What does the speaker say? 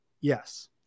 Yes